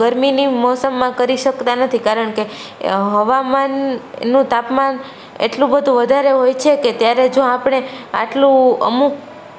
ગરમીની મોસમમાં કરી શકતાં નથી કારણ કે હવામાનનું તાપમાન એટલું બધું વધારે હોય છે કે ત્યારે જો આપણે આટલું અમુક